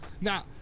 Now